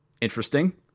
Interesting